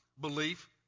belief